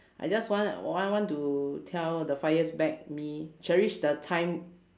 I just want want want to tell the five years back me cherish the time